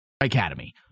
Academy